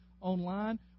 online